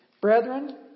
Brethren